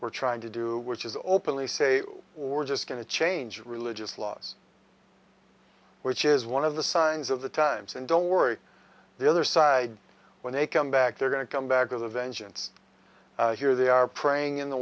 were trying to do which is openly say we're just going to change religious laws which is one of the signs of the times and don't worry the other side when they come back they're going to come back with a vengeance here they are praying in the